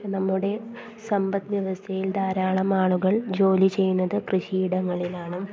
നമ്മുടെ സമ്പദ് വ്യവസ്ഥയിൽ ധാരാളം ആളുകൾ ജോലി ചെയ്യുന്നത് കൃഷി ഇടങ്ങളിലാണ്